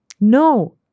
no